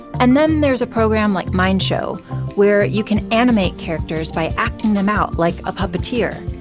and then there's a program like mind show where you can animate characters by acting them out like a puppeteer.